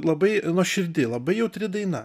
labai nuoširdi labai jautri daina